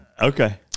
Okay